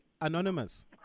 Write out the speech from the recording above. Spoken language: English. anonymous